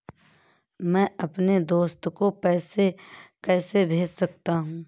मैं अपने दोस्त को पैसे कैसे भेज सकता हूँ?